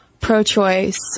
pro-choice